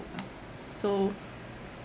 so